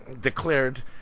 declared